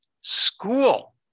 school